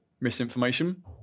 misinformation